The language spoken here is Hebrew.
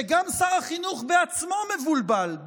שגם שר החינוך בעצמו מבולבל,